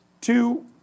two